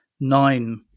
nine